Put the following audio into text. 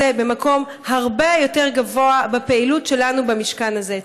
במקום הרבה יותר גבוה בפעילות שלנו במשכן הזה.